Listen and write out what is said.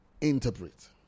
interpret